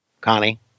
Connie